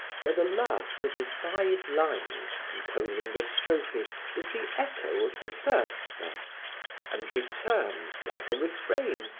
where the last of the five lines composing the strophe is the echo of the first verse and returns, like a refrain,